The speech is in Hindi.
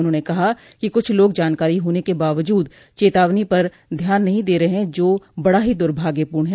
उन्होंने कहा कि कुछ लोग जानकारी होने के बावजूद चेतावनी पर ध्यान नहीं दे रहे हैं जो बड़ा ही दुर्भाग्यपूर्ण है